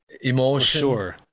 emotion